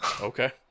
Okay